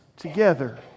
Together